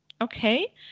okay